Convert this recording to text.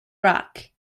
rock